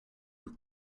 you